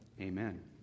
Amen